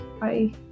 Bye